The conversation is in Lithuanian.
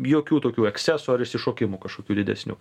jokių tokių ekscesų ar išsišokimų kažkokių didesnių